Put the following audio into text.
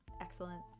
Excellent